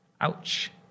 Ouch